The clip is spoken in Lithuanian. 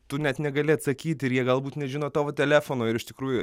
tu net negali atsakyti ir jie galbūt nežino tavo telefono ir iš tikrųjų